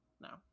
No